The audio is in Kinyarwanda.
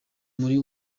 muri